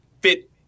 fit